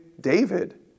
David